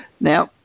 Now